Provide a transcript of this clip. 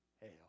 hell